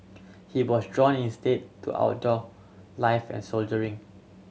he was drawn instead to outdoor life and soldiering